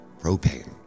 Propane